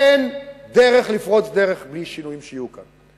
אין דרך לפרוץ דרך בלי שיהיו כאן שינויים.